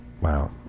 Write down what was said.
wow